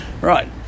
Right